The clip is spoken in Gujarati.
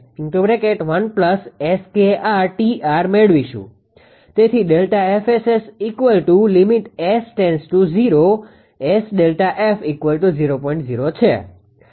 તેથી છે